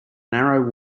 narrow